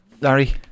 Larry